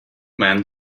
man